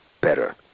better